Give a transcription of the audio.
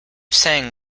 saying